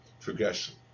progression